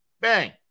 Bang